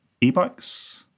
e-bikes